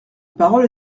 parole